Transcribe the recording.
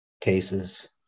cases